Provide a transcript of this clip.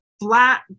flat